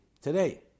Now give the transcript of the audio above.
today